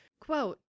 Quote